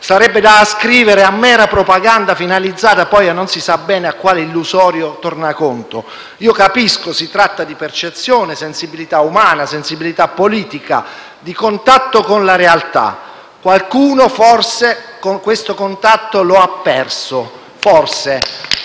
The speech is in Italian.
sarebbe da ascrivere a mera propaganda, finalizzata poi a non si sa bene quale illusorio tornaconto. Io capisco che si tratti di percezione, sensibilità umana, sensibilità politica, di contatto con la realtà. Qualcuno, forse, questo contatto lo ha perso: forse,